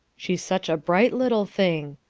she's such a bright little thing,